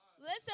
Listen